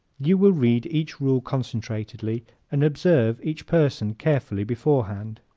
you will read each rule concentratedly and observe each person carefully beforehand.